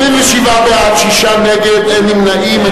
27 בעד, שישה נגד, אין נמנעים.